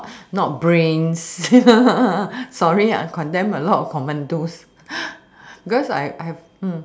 not not brains sorry I condemned a lot of commandos because I I have a